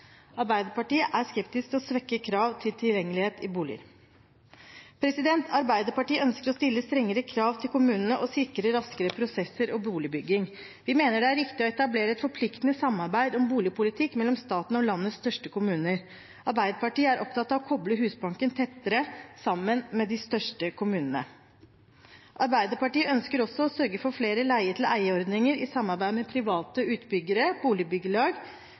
Arbeiderpartiet er skeptisk til å svekke krav til tilgjengelighet i boliger. Arbeiderpartiet ønsker å stille strengere krav til kommunene og sikre raskere prosesser og boligbygging. Vi mener det er riktig å etablere et forpliktende samarbeid om boligpolitikk mellom staten og landets største kommuner. Arbeiderpartiet er opptatt av å koble Husbanken tettere sammen med de største kommunene. Arbeiderpartiet ønsker også å sørge for flere leie-til-eie-ordninger i samarbeid med private utbyggere, boligbyggelag,